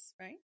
right